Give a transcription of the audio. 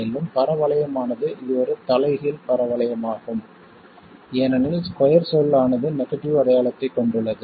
மேலும் பரவளையமானது இது ஒரு தலைகீழ் பரவளையமாகும் ஏனெனில் ஸ்கொயர் சொல் ஆனது நெகடிவ் அடையாளத்தைக் கொண்டுள்ளது